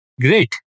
Great